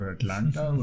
Atlanta